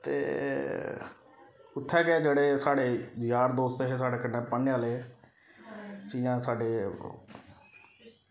ते उत्थै गै जेह्ड़े साढ़े यार दोस्त हे साढ़े कन्नै पढ़ने आह्ले जि'यां साढ़े